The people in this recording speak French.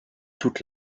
toute